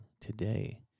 today